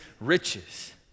riches